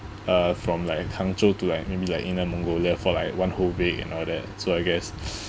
uh from like hangzhou to like maybe like inner mongolia for like one whole week and all that so I guess